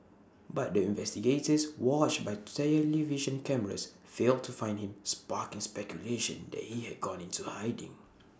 but the investigators watched by television cameras failed to find him sparking speculation that he had gone into A hiding